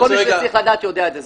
כל מי שצריך לדעת, יודע את זה.